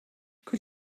could